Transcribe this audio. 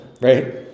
Right